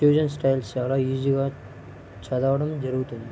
fusion styles చాలా ఈజీగా చదవడం జరుగుతుంది